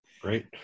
great